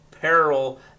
peril